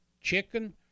chicken